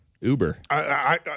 Uber